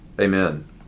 Amen